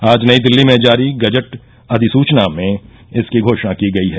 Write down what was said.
आज नई दिल्ली में जारी गजट अधिसूचना में इसकी घोषणा की गई है